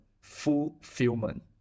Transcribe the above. fulfillment